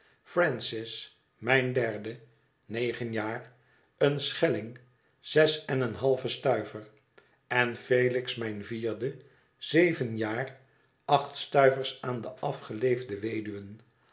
mijn derde negen jaar een schelling zes en een halven stuiver en felix mijn vierde zeven jaar acht stuivers aan de afgeleefde weduwen